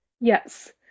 Yes